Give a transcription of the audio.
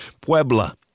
Puebla